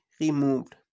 removed